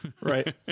Right